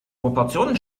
proportionen